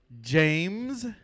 James